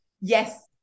Yes